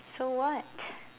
so what